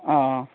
ꯑꯥ